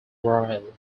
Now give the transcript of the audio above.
rhyl